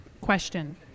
question